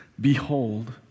behold